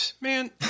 Man